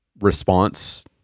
response